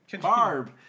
Barb